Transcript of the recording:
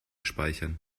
speichern